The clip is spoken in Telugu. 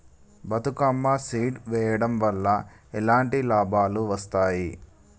బతుకమ్మ సీడ్ వెయ్యడం వల్ల ఎలాంటి లాభాలు వస్తాయి?